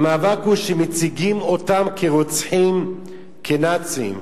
המאבק הוא שמציגים אותם כרוצחים, כנאצים.